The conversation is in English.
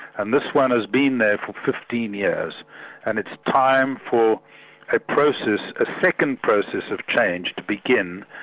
and this one has been there for fifteen years and it's time for a process, a second process of change to begin,